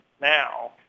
now